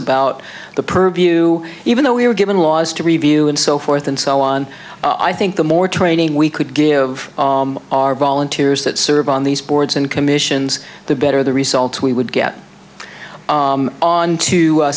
about the purview even though we were given laws to review and so forth and so on i think the more training we could give our volunteers that serve on these boards and commissions the better the results we would get on to